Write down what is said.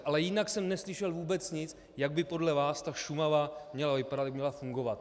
Ale jinak jsem neslyšel vůbec nic, jak by podle vás Šumava měla vypadat, jak by měla fungovat.